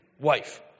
wife